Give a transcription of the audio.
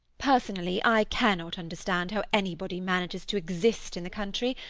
personally i cannot understand how anybody manages to exist in the country,